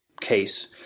case